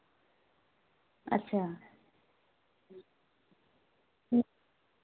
अच्छा